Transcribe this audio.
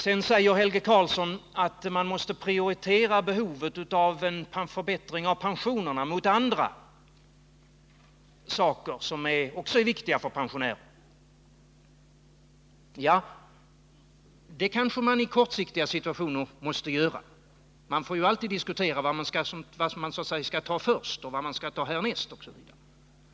Sedan säger Helge Karlsson att man måste väga behovet av förbättringar av pensionerna mot annat, som också är viktigt för pensionärerna. Ja, det kanske man måste göra i ett kortsiktigt perspektiv. Man får ju alltid diskutera vad man skall ta först och ta härnäst osv.